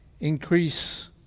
Increase